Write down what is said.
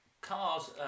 Cars